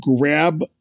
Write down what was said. grab